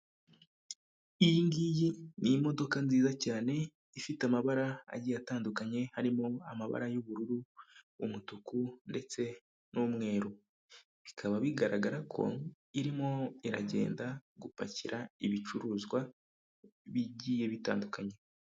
Iyi ngiyi ni imodoka nziza cyane ifite amabara agiye atandukanye, harimo amabara y'ubururu, umutuku, ndetse n'umweru, bikaba bigaragara ko irimo iragenda gupakira ibicuruzwa bigiye bitandukanye.